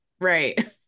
Right